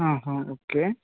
okay